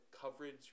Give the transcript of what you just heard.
coverage